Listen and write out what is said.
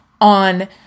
on